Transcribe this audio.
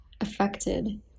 affected